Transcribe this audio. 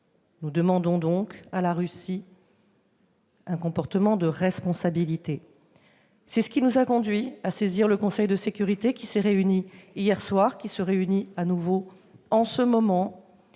Nous demandons donc à la Russie un comportement de responsabilité. C'est ce qui nous a conduits à saisir le Conseil de sécurité, lequel s'est réuni hier soir et se réunit de nouveau en ce moment.